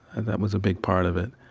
and that was a big part of it.